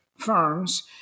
firms